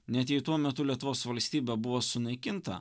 ne jei tuo metu lietuvos valstybė buvo sunaikinta